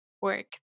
work